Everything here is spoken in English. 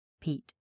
Pete